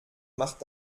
macht